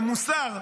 המוסר,